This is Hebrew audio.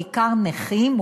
בעיקר נכים,